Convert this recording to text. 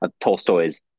Tolstoy's